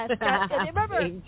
Remember